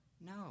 No